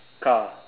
car